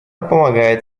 помогает